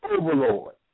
Overlord